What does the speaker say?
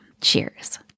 Cheers